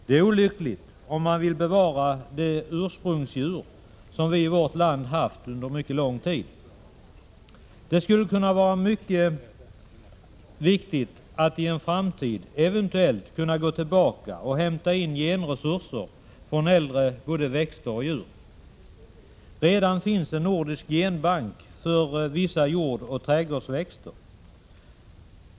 Detta är olyckligt, om man vill bevara de ursprungsdjur vi i vårt land haft under mycket lång tid. Det vore ytterst värdefullt att i en framtid eventuellt kunna gå tillbaka och hämta in genresurser från äldre växter och djur. Det finns redan en nordisk genbank för vissa jordbruksoch trädgårdsväxter.